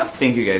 um thank you